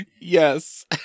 Yes